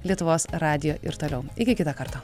lietuvos radijo ir toliau iki kito karto